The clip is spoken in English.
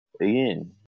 Again